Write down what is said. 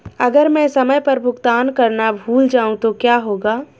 अगर मैं समय पर भुगतान करना भूल जाऊं तो क्या होगा?